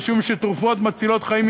משום שתרופות מצילות חיים,